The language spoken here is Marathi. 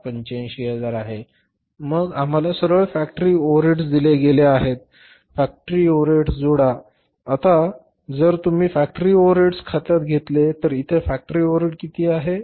मग आम्हाला सरळ फॅक्टरी ओव्हरहेड दिले गेले आहेत फॅक्टरी ओव्हरहेड्स जोडा आता जर तुम्ही फॅक्टरीचे ओव्हरहेड्स खात्यात घेतले तर इथे फॅक्टरी ओव्हरहेड किती आहे